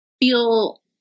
feel